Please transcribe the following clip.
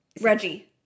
Reggie